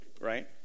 right